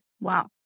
Wow